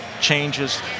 changes